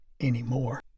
anymore